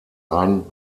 ein